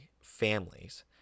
families